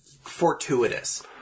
fortuitous